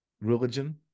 religion